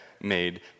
made